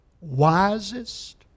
wisest